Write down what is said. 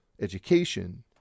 education